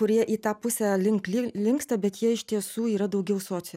kurie į tą pusę linksta bet jie iš tiesų yra daugiau soci